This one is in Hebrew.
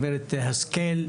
גברת השכל,